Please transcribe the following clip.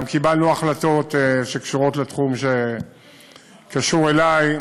גם קיבלנו החלטות שקשורות לתחום שקשור אלי,